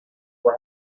were